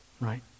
right